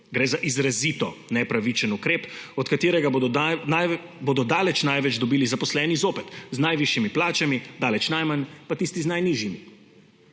Gre za izrazito nepravičen ukrep, od katerega bodo daleč največ dobili zaposleni zopet z najvišjimi plačami, daleč najmanj pa tisti z najnižjimi.